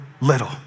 little